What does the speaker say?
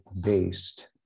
based